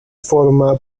forma